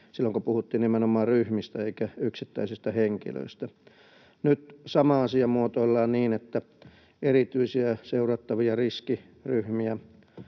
silloin, kun puhuttiin nimenomaan ryhmistä eikä yksittäisistä henkilöistä. Nyt sama asia muotoillaan niin, että erityisiä seurattavia riskiryhmiä